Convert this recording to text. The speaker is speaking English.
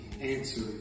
answer